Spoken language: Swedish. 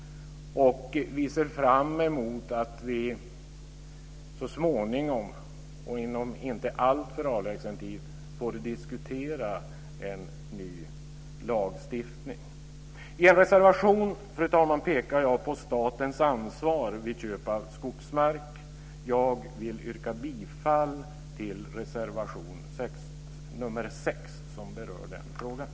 Vi ser fram emot att vi så småningom, inom en inte alltför avlägsen tid, får diskutera en ny lagstiftning. I en reservation, fru talman, pekar jag på statens ansvar vid köp av skogsmark. Jag vill yrka bifall till reservation nr 6 som berör den frågan.